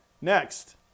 Next